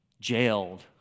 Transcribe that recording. jailed